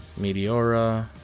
Meteora